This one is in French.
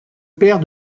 père